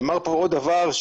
נאמר כאן עוד דבר,